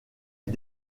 est